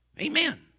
Amen